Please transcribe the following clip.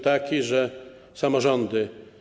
Taki, że samorządy.